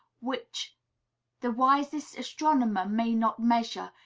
which the wisest astronomer may not measure,